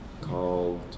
called